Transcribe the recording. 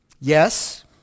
Yes